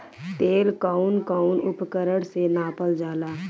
तेल कउन कउन उपकरण से नापल जाला?